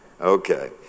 Okay